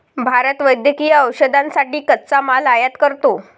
भारत वैद्यकीय औषधांसाठी कच्चा माल आयात करतो